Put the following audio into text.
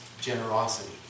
generosity